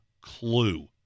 clue